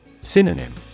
Synonym